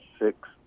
six